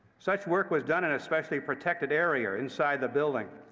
such work was done in a specially protected area inside the building,